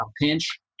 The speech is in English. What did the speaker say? pinch